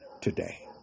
today